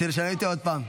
כדי שאני לא אטעה עוד פעם.